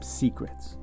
secrets